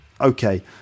okay